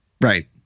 Right